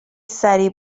سریع